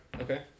Okay